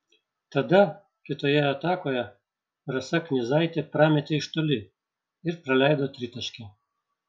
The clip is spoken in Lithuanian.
tada kitoje atakoje rasa knyzaitė prametė iš toli ir praleido tritaškį